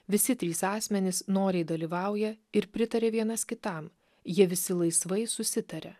visi trys asmenys noriai dalyvauja ir pritarė vienas kitam jie visi laisvai susitaria